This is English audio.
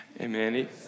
Amen